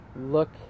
Look